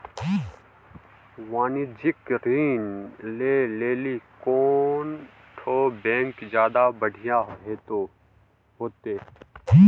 वाणिज्यिक ऋण लै लेली कोन ठो बैंक ज्यादा बढ़िया होतै?